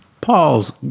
Paul's